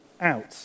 out